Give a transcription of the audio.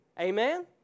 Amen